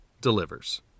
delivers